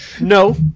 no